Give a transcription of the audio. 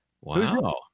Wow